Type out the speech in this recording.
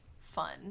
fun